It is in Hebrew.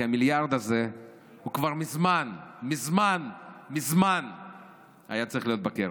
כי המיליארד הזה כבר מזמן מזמן מזמן היה צריך להיות בקרן.